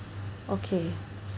okay